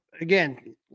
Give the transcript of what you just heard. again